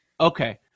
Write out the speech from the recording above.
Okay